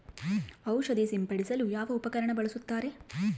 ಔಷಧಿ ಸಿಂಪಡಿಸಲು ಯಾವ ಉಪಕರಣ ಬಳಸುತ್ತಾರೆ?